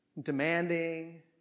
demanding